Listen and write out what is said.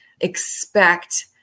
expect